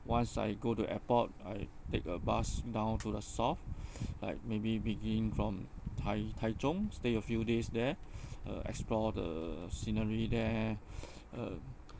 once I go to airport I take a bus down to the south like maybe beginning from tai taizhong stay a few days there uh explore the scenery there um